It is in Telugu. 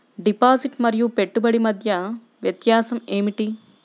డిపాజిట్ మరియు పెట్టుబడి మధ్య వ్యత్యాసం ఏమిటీ?